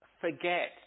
forget